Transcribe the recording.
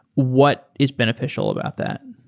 what is beneficial about that?